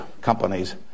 companies